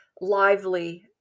lively